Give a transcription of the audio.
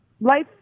life